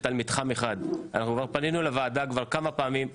על מתחם 1. אנחנו פנינו לוועדה כבר כמה פעמים.